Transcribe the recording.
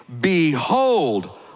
Behold